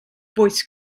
voice